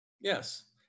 Yes